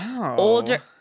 older